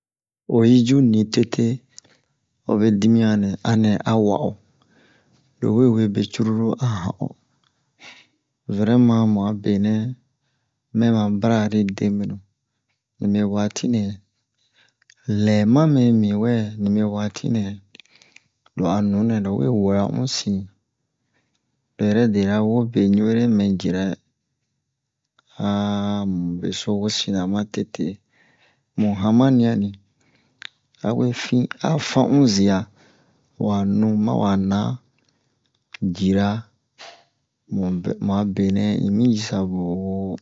Oyi ju ni tete hobe dimiyan nɛ a nɛ a wa'o lowe we be cururu a han'o vɛrɛman mu'a benɛ mɛ ma bara'ari debenu nibe waati nɛ lɛma me miwɛ nibe waati nɛ lo a nunɛ lowe wa un sin lo yɛrɛ dere'a wo be ɲu'ere mɛ jirɛ mu beso wosina ma tete mu hamani'a ni awe fin a fan un ziya wa nu ma wa na jira mu'a benɛ un mi jisa buwo wo